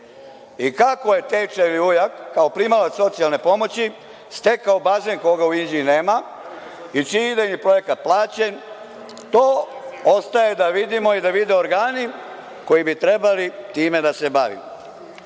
I kako je teča ili ujak, kao primalac socijalne pomoći stekao bazen koga u Inđiji nema i čiji je idejni projekat plaćen, to ostaje da vidimo i da vide organi koji bi trebali time da se bave. Idemo